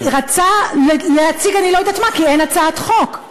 רצה להציג, אני לא יודעת מה, כי אין הצעת חוק.